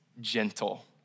gentle